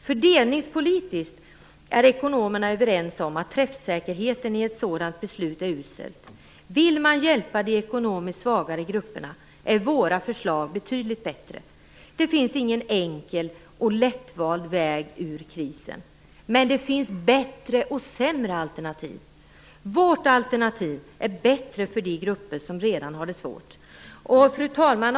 Fördelningspolitiskt är ekonomerna överens om att träffsäkerheten i ett sådant beslut är uselt. Vill man hjälpa de ekonomiskt svagare grupperna, är våra förslag betydligt bättre. Det finns ingen enkel och lättvald väg ut ur krisen, men det finns bättre och sämre alternativ. Vårt alternativ är bättre för de grupper som redan har det svårt. Fru talman!